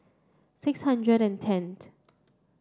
six hundred and tent